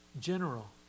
general